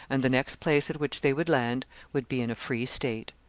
and the next place at which they would land would be in a free state.